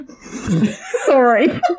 Sorry